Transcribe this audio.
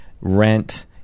rent